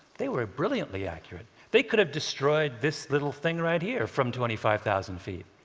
they were brilliantly accurate. they could have destroyed this little thing right here from twenty five thousand ft.